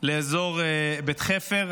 לאזור בית חפר.